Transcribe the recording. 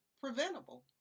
preventable